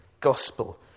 gospel